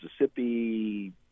Mississippi